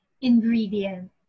ingredient